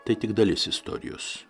tai tik dalis istorijos